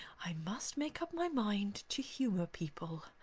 i must make up my mind to humour people.